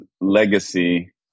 legacy